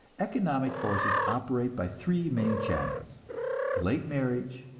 economic forces operate by three main channels late marriage,